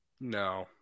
No